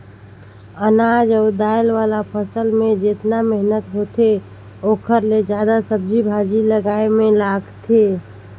अनाज अउ दायल वाला फसल मे जेतना मेहनत होथे ओखर ले जादा सब्जी भाजी लगाए मे लागथे